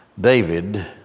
David